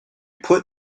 put